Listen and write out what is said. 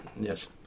yes